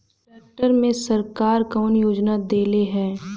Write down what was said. Tractor मे सरकार कवन योजना देले हैं?